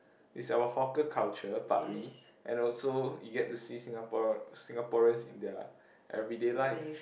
it's our hawker culture partly and also you get to see Singapore Singaporeans in their everyday life